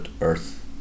earth